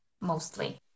mostly